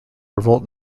revolt